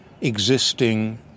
existing